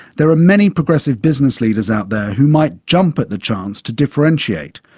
there are many progressive business leaders out there who might jump at the chance to differentiate.